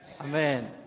Amen